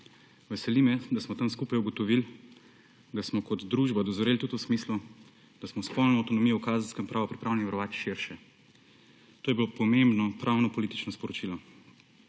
Veseli me, da smo tam skupaj ugotovili, da smo kot družba dozoreli tudi v smislu, da smo spolno avtonomijo v Kazenskem pravu pripravljeni obravnavati širše. To je bilo pomembno pravnopolitično sporočilo.